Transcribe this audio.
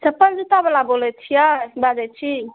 चप्पल जुत्तावला बोलै छियै बाजै छी